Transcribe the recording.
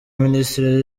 minisiteri